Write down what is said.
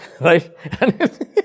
Right